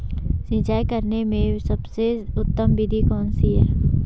सिंचाई करने में सबसे उत्तम विधि कौन सी है?